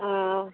ओ